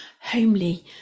homely